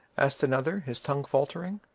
asked another, his tongue faltering.